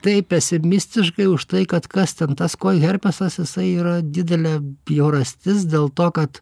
tai pesimistiškai už tai kad kas ten tas koherpasas jisai yra didelė bjaurastis dėl to kad